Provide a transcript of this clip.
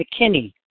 McKinney